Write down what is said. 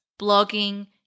blogging